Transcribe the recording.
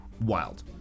wild